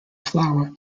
flower